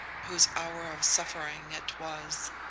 whose hour of suffering it was.